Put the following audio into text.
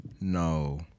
No